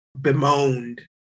bemoaned